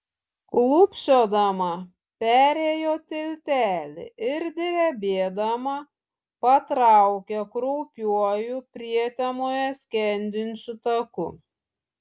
klūpčiodama perėjo tiltelį ir drebėdama patraukė kraupiuoju prietemoje skendinčiu taku